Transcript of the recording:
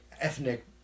ethnic